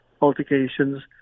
altercations